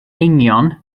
eingion